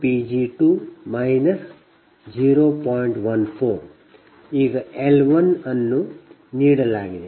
ಈಗ L1 ಅನ್ನು ನೀಡಲಾಗಿದೆ